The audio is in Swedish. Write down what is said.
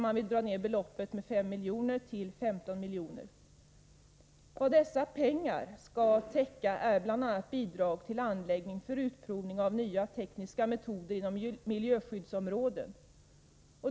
Man vill dra ner beloppet med 5 miljoner, dvs. till 15 milj.kr. Vad dessa pengar avses täcka är bl.a. bidrag till anläggningar för utprovning av nya tekniska metoder inom miljöskyddsområdet.